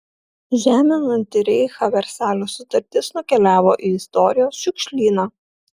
žeminanti reichą versalio sutartis nukeliavo į istorijos šiukšlyną